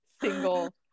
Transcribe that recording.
single